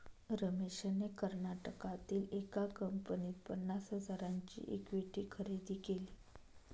रमेशने कर्नाटकातील एका कंपनीत पन्नास हजारांची इक्विटी खरेदी केली